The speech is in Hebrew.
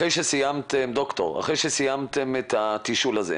אחרי שסיימתם את התשאול הזה,